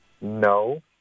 No